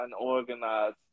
unorganized